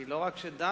כי לא רק שדנו,